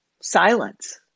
silence